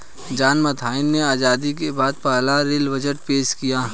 John Mathai ने आजादी के बाद पहला रेल बजट पेश किया